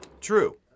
True